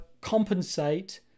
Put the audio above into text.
compensate